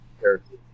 character